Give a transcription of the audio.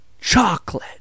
chocolate